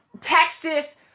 Texas